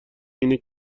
اینه